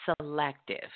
selective